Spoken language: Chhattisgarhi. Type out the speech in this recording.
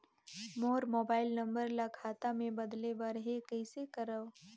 मोर मोबाइल नंबर ल खाता मे बदले बर हे कइसे करव?